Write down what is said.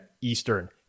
Eastern